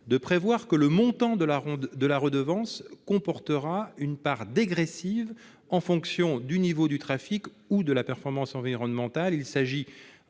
de prévoir que le montant de la redevance comportera une part dégressive en fonction du niveau du trafic ou de la performance environnementale.